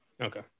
Okay